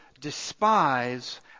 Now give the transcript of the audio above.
despise